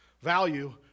value